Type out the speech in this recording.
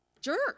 jerk